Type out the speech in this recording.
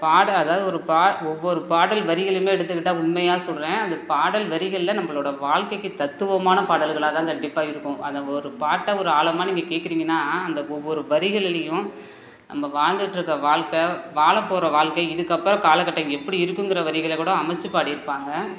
பாட அதாவது ஒரு பா ஒவ்வொரு பாடல் வரிகளுமே எடுத்துக்கிட்டால் உண்மையாக சொல்கிறேன் அந்த பாடல் வரிகளில் நம்பளோட வாழ்க்கைக்கு தத்துவமான பாடல்களாகதான் கண்டிப்பாக இருக்கும் அந்த ஒரு பாட்டை ஒரு ஆழமா நீங்கள் கேட்குறீங்கன்னா அந்த ஒவ்வொரு வரிகளிலையும் நம்ப வாழ்ந்துக்கிட்ருக்க வாழ்க்க வாழப்போற வாழ்க்கை இதுக்கப்புறம் காலக்கட்டம் எப்படி இருக்குங்கிற வரிகளைகூட அமைச்சு பாடிருப்பாங்க